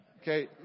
Okay